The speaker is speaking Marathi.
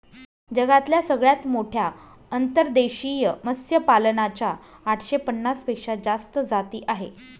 जगातल्या सगळ्यात मोठ्या अंतर्देशीय मत्स्यपालना च्या आठशे पन्नास पेक्षा जास्त जाती आहे